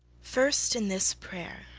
first, in this prayer,